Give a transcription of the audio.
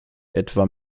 etwa